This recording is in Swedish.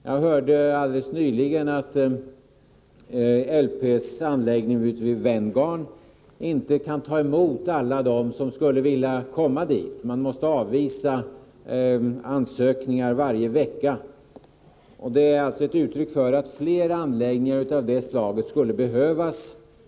Jag hörde alldeles nyligen att LP-stiftelsen inte kan ta emot alla dem som skulle vilja komma till stiftelsens anläggningi Venngarn. Varje vecka måste ansökningar avslås. Detta är alltså ett uttryck för att fler anläggningar av det här slaget skulle behövas.